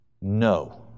no